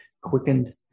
quickened